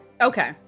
Okay